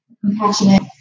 compassionate